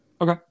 Okay